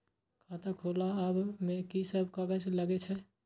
खाता खोलाअब में की सब कागज लगे छै?